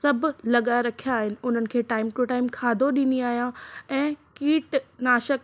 सभु लॻाए रखिया आहिनि उन्हनि खे टाइम टू टाइम खाधो ॾींदी आहियां ऐं कीटनाशक